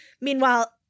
meanwhile